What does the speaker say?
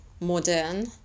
modern